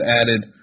added